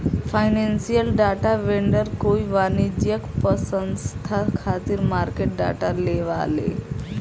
financial data vendor कोई वाणिज्यिक पसंस्था खातिर मार्केट डाटा लेआवेला